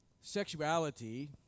Sexuality